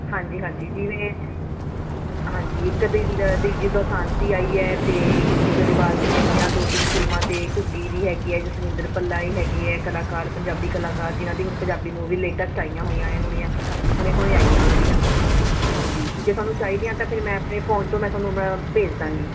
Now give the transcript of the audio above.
ਹਾਂਜੀ ਹਾਂਜੀ ਜਿਵੇਂ ਹਾਂਜੀ ਇੱਕ ਦਿਲ ਦਿਲਜੀਤ ਦੋਸਾਂਝ ਦੀ ਆਈ ਹੈ ਅਤੇ ਗਿੱਪੀ ਗਰੇਵਾਲ ਦੀ ਹੈਗੀਆਂ ਦੋ ਤਿੰਨ ਫਿਲਮਾਂ ਅਤੇ ਘੁੱਗੀ ਦੀ ਹੈਗੀ ਹੈ ਜਸਵਿੰਦਰ ਭੱਲਾ ਇਹ ਹੈਗੀ ਹੈ ਕਲਾਕਾਰ ਪੰਜਾਬੀ ਕਲਾਕਾਰ ਦੀਆਂ ਜਿਨ੍ਹਾਂ ਦੀ ਹੁਣ ਪੰਜਾਬੀ ਮੂਵੀ ਲੇਟੈਸਟ ਆਈਆਂ ਹੋਈਆਂ ਏ ਹੁਣੀਆਂ ਹੁਣੇ ਹੁਣੇ ਆਈਆਂ ਉਹਨਾਂ ਦੀਆਂ ਹਾਂਜੀ ਤਾਂ ਤੁਹਾਨੂੰ ਚਾਹੀਦੀਆਂ ਤਾਂ ਫਿਰ ਮੈਂ ਆਪਣੇ ਫੋਨ ਤੋਂ ਮੈਂ ਤੁਹਾਨੂੰ ਭੇਜ ਦਵਾਂਗੀ